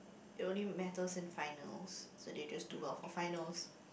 it only matters in finals so they just do well for finals